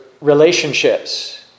relationships